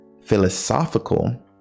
philosophical